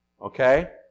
okay